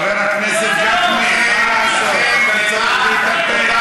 חבר הכנסת גפני, מה לעשות, אתה צריך להתאפק.